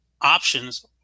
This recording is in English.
Options